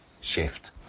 shift